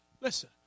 Listen